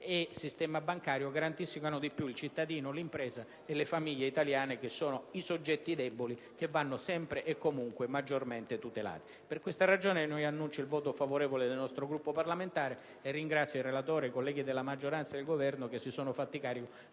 e sistema bancario, garantiscano di più il cittadino, l'impresa e le famiglie italiane, che sono i soggetti deboli, che vanno sempre e comunque maggiormente tutelati. Per queste ragioni annuncio il voto favorevole del nostro Gruppo parlamentare e ringrazio il relatore, i colleghi della maggioranza e il Governo che si sono fatti carico